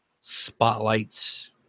spotlights